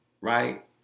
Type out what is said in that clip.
right